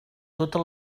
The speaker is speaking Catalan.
tota